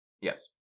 Yes